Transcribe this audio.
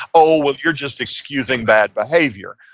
oh, you're just excusing that behavior.